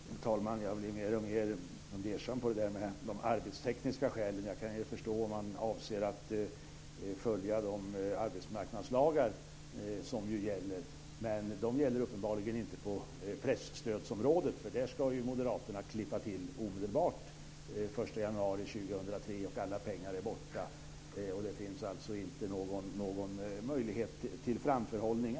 Herr talman! Jag blir mer och mer fundersam när det gäller de arbetstekniska skälen. Jag kan förstå om man avser att följa de arbetsmarknadslagar som gäller, men de gäller uppenbarligen inte på presstödsområdet. Där ska moderaterna klippa till omedelbart den 1 januari 2003. Då är alla pengar borta. Det finns ingen möjlighet till framförhållning.